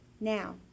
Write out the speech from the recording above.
now